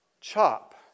chop